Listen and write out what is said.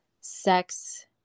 sex